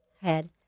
head